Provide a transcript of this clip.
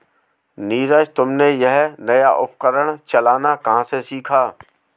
नीरज तुमने यह नया उपकरण चलाना कहां से सीखा?